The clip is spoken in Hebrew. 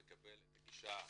הוא מקבל את הגישה